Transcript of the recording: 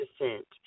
descent